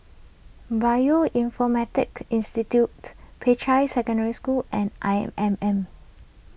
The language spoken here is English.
Bioinformatics Institute Peicai Secondary School and I M M